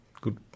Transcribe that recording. good